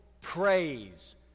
praise